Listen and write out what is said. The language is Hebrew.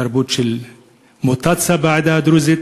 תרבות של מוטציה בעדה הדרוזית,